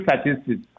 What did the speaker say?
statistics